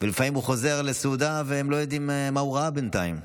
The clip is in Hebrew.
ולפעמים הוא חוזר לסעודה והם לא יודעים מה הוא ראה בינתיים.